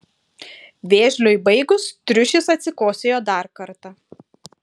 vėžliui baigus triušis atsikosėjo dar kartą